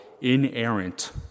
inerrant